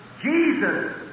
Jesus